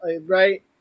right